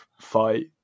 fight